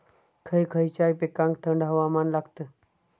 खय खयच्या पिकांका थंड हवामान लागतं?